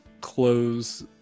close